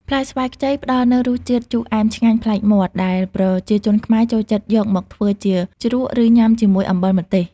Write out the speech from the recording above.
ផ្លែស្វាយខ្ចីផ្តល់នូវរសជាតិជូរអែមឆ្ងាញ់ប្លែកមាត់ ដែលប្រជាជនខ្មែរចូលចិត្តយកមកធ្វើជាជ្រក់ ឬញុំាជាមួយអំបិលម្ទេស។